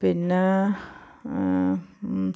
പിന്നാ